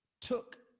took